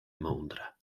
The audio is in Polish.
mądre